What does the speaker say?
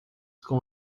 com